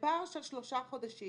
בפער של שלושה חודשים.